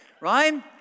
right